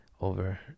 over